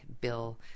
Bill